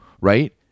right